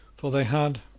for they had,